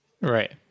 right